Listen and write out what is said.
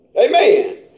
Amen